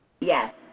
Yes